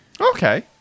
Okay